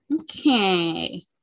Okay